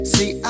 See